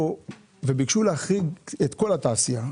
ביקשו אז להחריג את כל התעשייה,